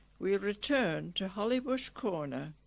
we return to hollybush corner.